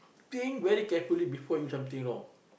think very carefully before you something wrong